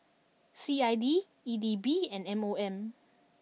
C I D E D B and M O M